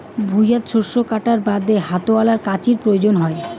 ভুঁইয়ত শস্য কাটার বাদে হাতওয়ালা কাঁচির প্রয়োজন হই